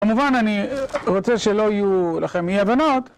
כמובן אני רוצה שלא יהיו לכם אי הבנות...